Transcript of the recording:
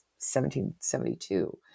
1772